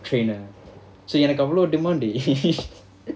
trainer so எனக்குஅவளோ:enakku avalo demand